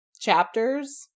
chapters